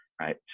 right